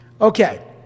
Okay